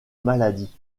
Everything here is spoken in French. maladie